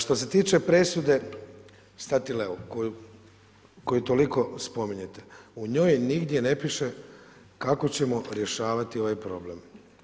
Što se tiče presude Statileo koju toliko spominjete u njoj nigdje ne piše kako ćemo rješavati ovaj problem.